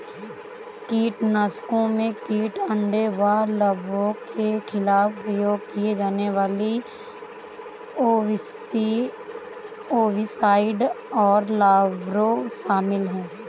कीटनाशकों में कीट अंडे और लार्वा के खिलाफ उपयोग किए जाने वाले ओविसाइड और लार्वा शामिल हैं